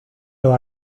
los